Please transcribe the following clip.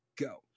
go